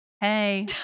Hey